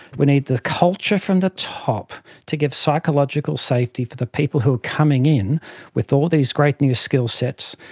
we need the culture from the top to give psychological safety for the people who are coming in with all these great new skill sets.